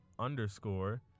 underscore